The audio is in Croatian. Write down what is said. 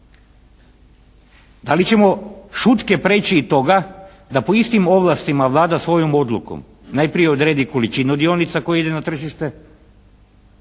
Ali ćemo šutke preći i toga da po istim ovlastima Vlada svojom odlukom najprije odredi količinu dionica koje idu na tržište,